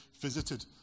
visited